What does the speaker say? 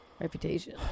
reputation